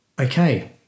Okay